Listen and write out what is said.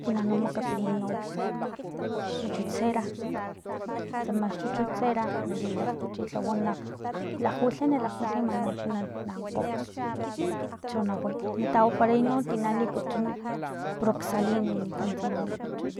Tina no makapiniy no xchuchut cera tsama xchuchut cera nali laktuchilhaway o na lakgwilhay lakgwilhay manu chi na ankgo cho na way tawaparay no tina na licuchun proxalin wanikan tsama tsama likuchun